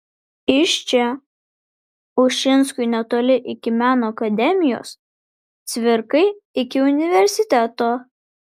iš čia ušinskui netoli iki meno akademijos cvirkai iki universiteto